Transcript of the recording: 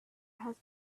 has